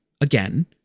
Again